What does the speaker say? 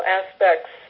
aspects